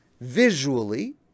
visually